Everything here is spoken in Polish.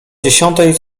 dziesiątej